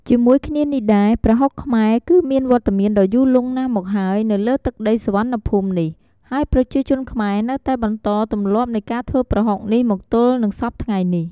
ជាមួយគ្នានេះដែរ ប្រហុកខ្មែរគឺមានវត្តមានដ៏យូរលង់ណាស់មកហើយនៅលើទឹកដីសុវណ្ណភូមិនេះ ហើយប្រជាជនខ្មែរនៅតែបន្តទម្លាប់នៃការធ្វើប្រហុកនេះមកទល់នឹងសព្វថ្ងៃនេះ។